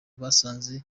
basanze